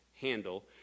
handle